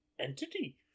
entity